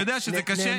אני יודע שזה קשה,